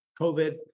COVID